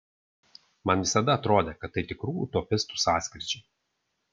man visada atrodė kad tai tikrų utopistų sąskrydžiai